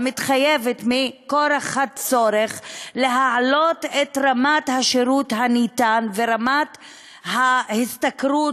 המתחייבת מהצורך להעלות את רמת השירות הניתן ורמת ההשתכרות,